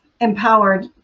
empowered